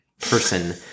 person